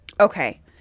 Okay